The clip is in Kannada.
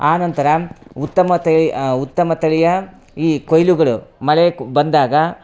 ಆ ನಂತರ ಉತ್ತಮತೆ ಉತ್ತಮ ತಳಿಯ ಈ ಕೊಯ್ಲುಗಳು ಮಳೆ ಬಂದಾಗ